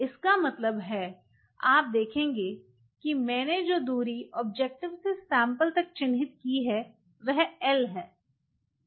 इसका मतलब है आप देखेंगे कि मैंने जो दूरी ऑब्जेक्टिव से सैंपल तक चिन्हित की है वह L है